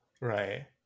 Right